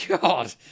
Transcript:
God